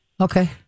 okay